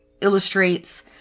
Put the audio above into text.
illustrates